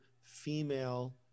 female